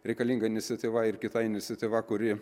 reikalinga iniciatyva ir kita iniciatyva kuri